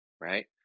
right